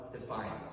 defiance